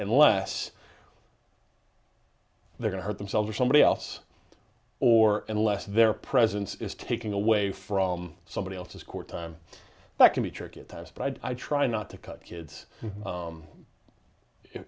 and less they're gonna hurt themselves or somebody else or unless their presence is taken away from somebody else's court time that can be tricky at times but i try not to cut kids